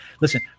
listen